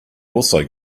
also